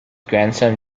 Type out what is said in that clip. grandson